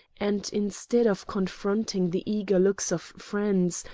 and instead of confronting the eager looks of friends,